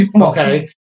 Okay